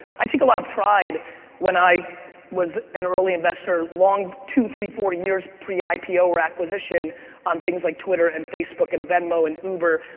i take a lot of pride when i was an early investor a long, two, three, four years pre-ipo or acquisition on things like twitter and facebook and venmo and uber.